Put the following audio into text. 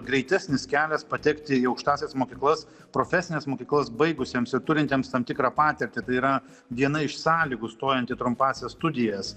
greitesnis kelias patekti į aukštąsias mokyklas profesines mokyklas baigusiems ir turintiems tam tikrą patirtį tai yra viena iš sąlygų stojant į trumpąsias studijas